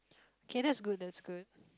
okay that's good that's good